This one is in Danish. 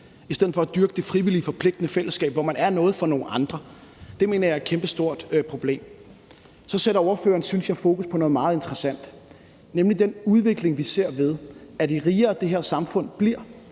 i stedet for at dyrke det frivillige forpligtende fællesskab, hvor man er noget for nogle andre. Det mener jeg er et kæmpestort problem. Så sætter ordføreren, synes jeg, fokus på noget meget interessant, nemlig den udvikling, vi ser, hvor jo rigere det her samfund bliver,